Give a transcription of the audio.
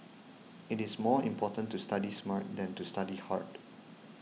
it is more important to study smart than to study hard